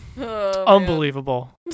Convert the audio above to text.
Unbelievable